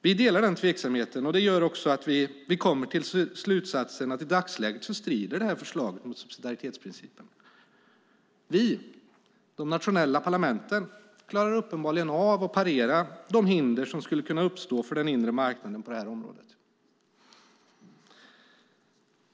Vi delar denna tveksamhet, och det gör också att vi kommer till slutsatsen att detta förslag i dagsläget strider mot subsidiaritetsprincipen. Vi, de nationella parlamenten, klarar uppenbarligen av att parera de hinder som skulle kunna uppstå för den inre marknaden på detta område.